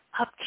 up